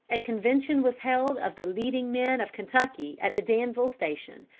a convention was held of the leading men of kentucky at the danville station,